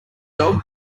dog